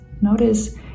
notice